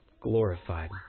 glorified